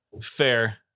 Fair